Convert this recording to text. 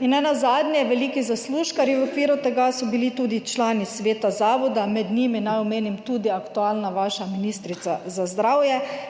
In nenazadnje veliki zaslužkarji v okviru tega so bili tudi člani sveta zavoda, med njimi naj omenim tudi aktualna vaša ministrica za zdravje,